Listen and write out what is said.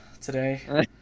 today